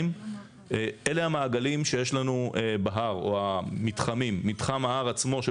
אלה המעגלים או המתחמים שיש לנו בהר מתחם ההר עצמו,